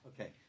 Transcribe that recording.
Okay